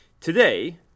Today